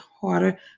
harder